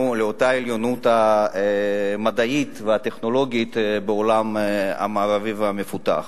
לאותה עליונות מדעית וטכנולוגית בעולם המערבי והמפותח.